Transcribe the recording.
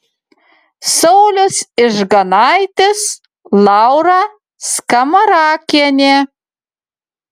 saulius ižganaitis laura skamarakienė